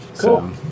cool